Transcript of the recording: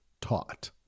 taught